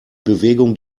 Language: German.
bewegung